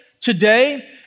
today